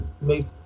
make